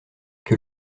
que